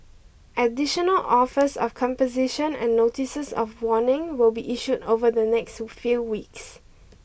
additional offers of composition and notices of warning will be issued over the next few weeks